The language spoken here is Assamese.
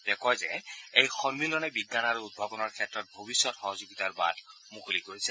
তেওঁ কয় যে এই সন্মিলনে বিজ্ঞান আৰু উদ্ভাৱনৰ ক্ষেত্ৰত ভৱিষ্যৎ সহযোগিতাৰ বাট মুকলি কৰিছে